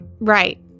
Right